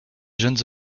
jeunes